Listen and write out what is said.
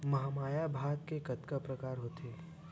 महमाया भात के कतका प्रकार होथे?